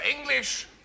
English